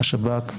השב"כ,